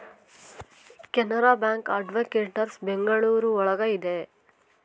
Canara bank headquarters Bengaluru ಒಳಗ ಇದೆ